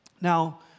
Now